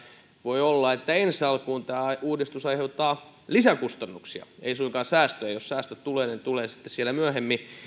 voi olla että ensi alkuun tämä uudistus aiheuttaa lisäkustannuksia ei suinkaan säästöjä ja jos säästöt tulevat ne tulevat sitten myöhemmin